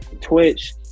twitch